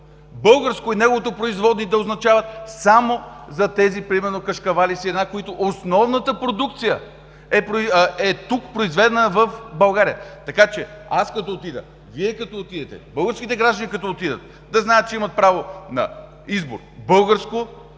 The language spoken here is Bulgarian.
„Българско“ и неговите производни да означават само за тези, примерно, кашкавали, сирена, на които основната продукция е тук, произведена в България. Така че аз като отида, Вие като отидете, българските граждани като отидат да знаят, че имат право на избор – българско